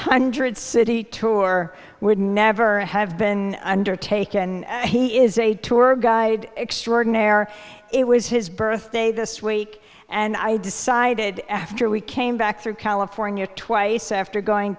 hundred city tour would never have been undertaken he is a tour guide extraordinaire it was his birthday this week and i decided after we came back through california twice after going